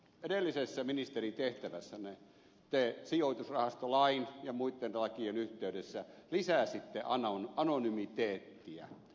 edellisessä ministerin tehtävässänne te sijoitusrahastolain ja muitten lakien yhteydessä lisäsitte anonymiteettiä veronkiertäjille